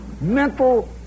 mental